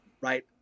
right